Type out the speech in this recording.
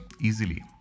easily